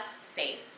safe